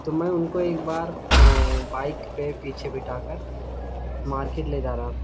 تو میں ان کو ایک بار بائک پہ پیچھے بٹھا کر مارکیٹ لے جا رہا تھا